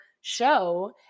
show